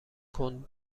کند